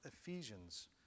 Ephesians